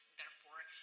therefore,